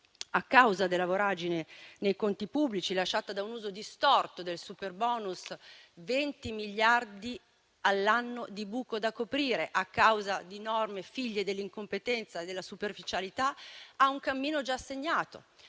a causa della voragine nei conti pubblici lasciata da un uso distorto del superbonus (20 miliardi all'anno di buco da coprire), a causa di norme figlie dell'incompetenza e della superficialità, ha un cammino già segnato.